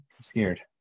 Scared